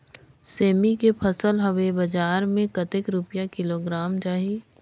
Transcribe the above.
सेमी के फसल हवे बजार मे कतेक रुपिया किलोग्राम जाही?